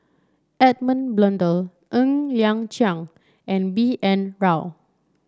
Edmund Blundell Ng Liang Chiang and B N Rao